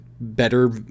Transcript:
better